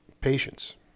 patience